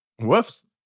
whoops